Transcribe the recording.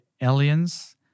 aliens